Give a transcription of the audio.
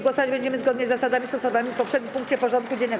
Głosować będziemy zgodnie z zasadami stosowanymi w poprzednim punkcie porządku dziennego.